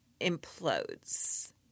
implodes